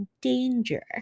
danger